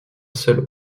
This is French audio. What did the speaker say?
seul